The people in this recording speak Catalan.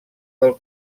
del